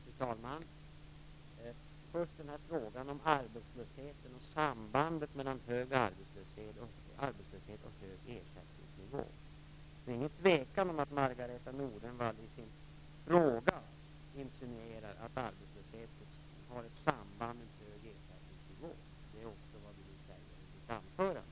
Fru talman! Jag skall börja med frågan om sambandet mellan hög arbetslöshet och hög ersättningsnivå. Det är ingen tvekan om att Margareta E Nordenvall i sin fråga insinuerar att arbetslösheten har ett samband med hög ersättningsnivå. Det är också vad hon sade i sitt anförande.